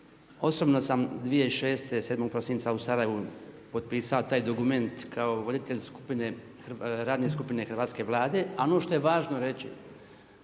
osobno sam 2006., 7. prosinca u Sarajevu potpisao taj dokument kao voditelj skupine radne skupine hrvatske Vlade a ono što je važno reći,